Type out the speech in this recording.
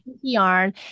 yarn